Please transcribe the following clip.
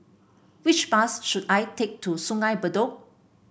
which bus should I take to Sungei Bedok